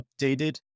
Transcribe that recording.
updated